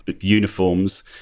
uniforms